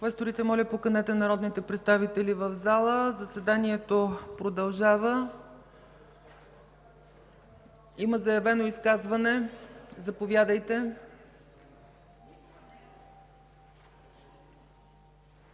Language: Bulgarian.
Квесторите, моля, поканете народните представители в залата – заседанието продължава. Има заявено изказване. Заповядайте.